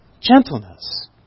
Gentleness